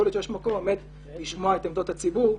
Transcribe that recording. יכול להיות שיש מקום לשמוע את עמדות הציבור.